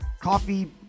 Coffee